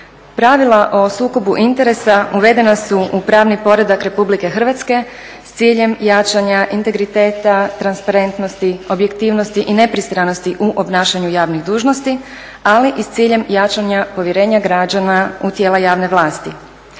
Pravila o sukobu interesa uvedena su u pravni poredak Republike Hrvatske s ciljem jačanja integriteta, transparentnosti, objektivnosti i nepristranost u obnašanju javnih dužnosti ali i s ciljem jačanja povjerenja građana u tijela javne vlasti.